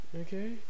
Okay